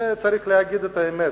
צריך להגיד את האמת.